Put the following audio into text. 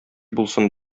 булсын